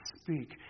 speak